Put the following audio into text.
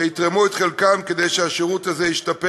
יתרמו את חלקם כדי שהשירות הזה ישתפר